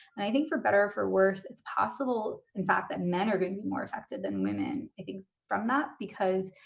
and i think for better or for worse it's possible, in fact, that men are gonna be more effected than women. i think from that, because,